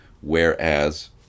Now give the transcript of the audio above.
Whereas